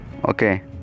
okay